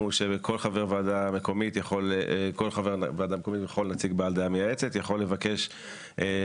חבר הכנסת דלל, בבקשה.